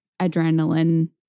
adrenaline